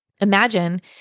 Imagine